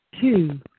two